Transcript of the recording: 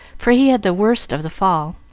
for he had the worst of the fall.